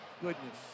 goodness